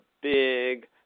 big